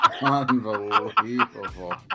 Unbelievable